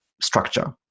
structure